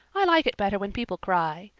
i like it better when people cry.